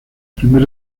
primer